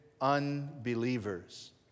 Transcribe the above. unbelievers